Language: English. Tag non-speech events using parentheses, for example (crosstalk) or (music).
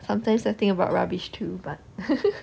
sometimes I think about rubbish too but (laughs)